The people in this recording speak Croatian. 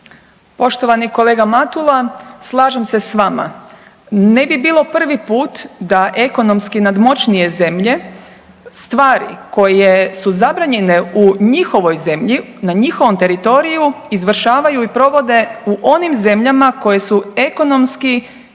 Poštovani kolega Matula slažem se s vama. Ne bi bilo prvi put da ekonomski nadmoćnije zemlje stvari koje su zabranjene u njihovoj zemlji, na njihovom teritoriju izvršavaju i provode u onim zemljama koje su ekonomski